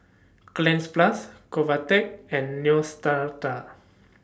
Cleanz Plus Convatec and Neostrata